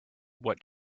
what